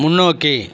முன்னோக்கி